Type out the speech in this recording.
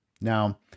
Now